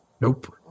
Nope